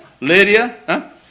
Lydia